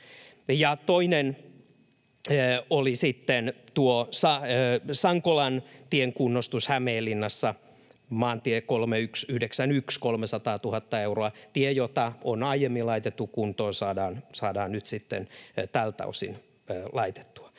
Toinen oli sitten Sankolantien kunnostus Hämeenlinnassa, maantie 3191 — 300 000 euroa. Tie, jota on aiemmin laitettu kuntoon, saadaan nyt sitten tältä osin laitettua.